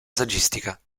saggistica